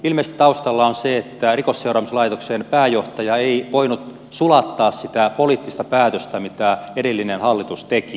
ilmeisesti taustalla on se että rikosseuraamuslaitoksen pääjohtaja ei voinut sulattaa sitä poliittista päätöstä mitä edellinen hallitus teki